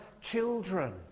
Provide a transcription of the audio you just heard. children